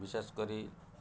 ବିଶେଷ କରି